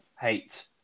hate